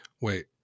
wait